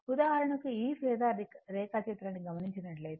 ఉదాహరణకు ఈ ఫేసర్ రేఖాచిత్రాన్ని గమనించినట్లైతే